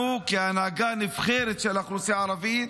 אנחנו, כהנהגה הנבחרת של האוכלוסייה הערבית,